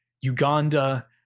uganda